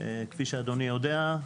כמו שאדוני יודע,